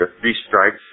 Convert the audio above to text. three-strikes